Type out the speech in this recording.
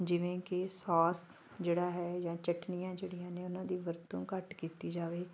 ਜਿਵੇਂ ਕਿ ਸੋਸ ਜਿਹੜਾ ਹੈ ਜਾਂ ਚਟਣੀਆਂ ਜਿਹੜੀਆਂ ਨੇ ਉਹਨਾਂ ਦੀ ਵਰਤੋਂ ਘੱਟ ਕੀਤੀ ਜਾਵੇ